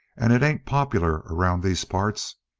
and it ain't popular around these parts.